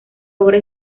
obra